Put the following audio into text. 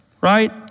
right